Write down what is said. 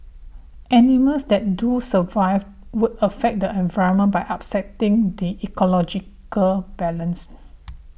animals that do survive would affect the environment by upsetting the ecological balance